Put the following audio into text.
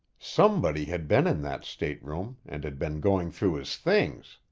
somebody had been in that stateroom and had been going through his things.